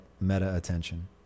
meta-attention